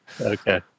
Okay